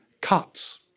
cuts